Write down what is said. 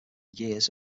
years